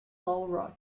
laura